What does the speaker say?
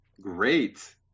Great